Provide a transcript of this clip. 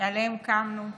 שעליהם קמנו,